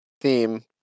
theme